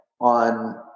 on